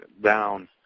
down